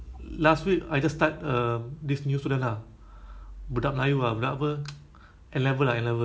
but there's N level there's N level you know there's normal tech and also normal academic right ah so